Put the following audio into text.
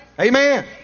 Amen